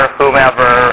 whomever